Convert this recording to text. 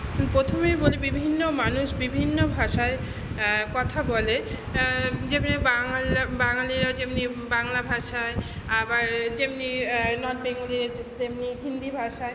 প্রথমেই বলি বিভিন্ন মানুষ বিভিন্ন ভাষায় কথা বলে যেমনি বাঙালরা বাঙালিরা যেমনি বাংলা ভাষায় আবার যেমনি নর্থ বেঙ্গলিরা তেমনি হিন্দি ভাষায়